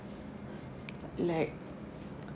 like